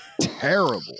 terrible